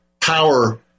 power